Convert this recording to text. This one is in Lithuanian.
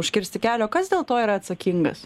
užkirsti kelio kas dėl to yra atsakingas